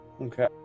okay